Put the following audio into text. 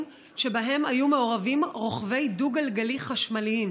שבהן היו מעורבים רוכבי דו-גלגלי חשמליים,